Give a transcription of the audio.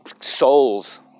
souls